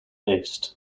based